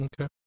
Okay